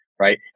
Right